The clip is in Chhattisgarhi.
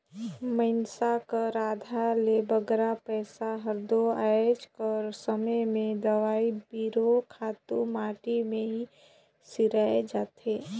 मइनसे कर आधा ले बगरा पइसा हर दो आएज कर समे में दवई बीरो, खातू माटी में ही सिराए जाथे